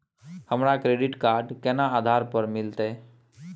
हमरा credit card केना आधार पर मिलते?